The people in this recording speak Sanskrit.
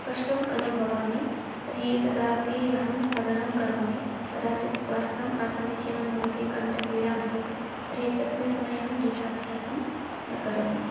कष्टम् अनुभवामि तर्हि तदापि अहं स्थगनं करोमि कदाचित् स्वास्थ्यम् असमीचीनं भवति कण्ठपीडा भवति तर्हि तस्मिन् समये अहम् गीताभ्यासं न करोमि